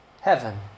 heaven